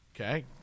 Okay